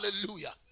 Hallelujah